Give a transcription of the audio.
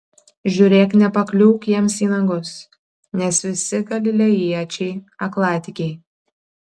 žiūrėk nepakliūk jiems į nagus nes visi galilėjiečiai aklatikiai